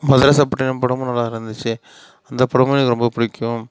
மதராசப்பட்டினம் படமும் நல்லாயிருந்துச்சு அந்த படமும் எனக்கு ரொம்ப பிடிக்கும்